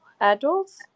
adults